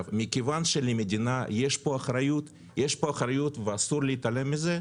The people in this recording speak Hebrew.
מכיוון שלמדינה יש פה אחריות ואסור להתעלם מזה,